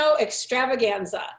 Extravaganza